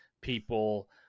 people